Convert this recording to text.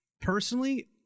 personally